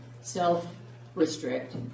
self-restrict